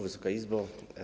Wysoka Izbo!